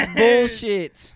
bullshit